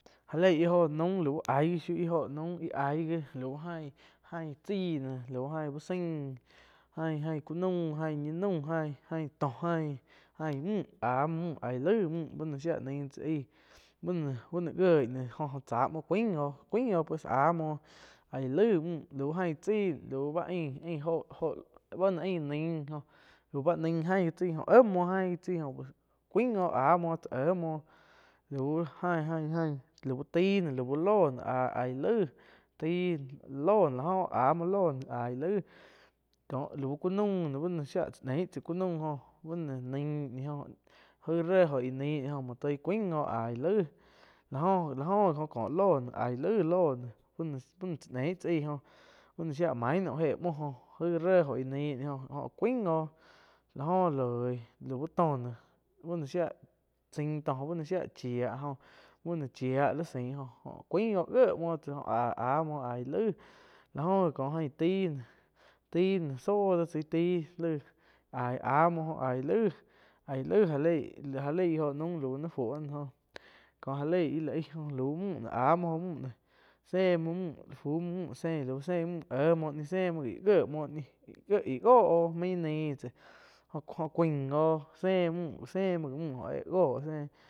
Jah lei lau ih jó nuam lau aig gi shiu ih oh naum aig gi lau ain, ain chaí lau ain úh sain ain-ain ku naum, ain ñi naum, ain tó ain müh aíh laig müh bú no shia nain tsá aih bu no, bu no gioi jo-jo cha muo cuain oh pues áh muoh aíh laig müh aun ain chaíh ba ain, ba ain óho-óho báh noh ain nain oh lau báh nain ain gi tsaí óh éh muo ain gi chaíh cuáin oh áh muoh tse éh muo lau ain-ain taí noh lau la uh lóh nóh aig laí tai noh láh oh áh muo loh aih laig kó lau ku naum, shia tsá neig tsá ku naum jó bá nuo nain jóh aig ré oh gie nain ni jó cuain óh aig laih láh oh gi oh ko lóh aíh laig lóh bu-bu no tsa nei tsá aí jó shia main noheh muoh jóh aig ré og gie nain tsá aih jo-jo cuain oh láh jo loih lau tóh noh bú noh shía chain tó jó shía chía jo bu no chia jo-jo cuain oh jie muho tsá áh muo aig laih láh jo gi có ain tai, tai só cha tai áh muoh ai laig ai laig já lei íh jo naum lau ni fuo noh jóh kó ja lei íh la aih lau mü noh áh muo, áh muo mü noh séh muo mü fu muoh mü sein, sein müh eh muoh séh muo ji gie muoh íh jo óh muoh nain tsá jó cuain oh sé muo sé muo gi mü oh éh goh.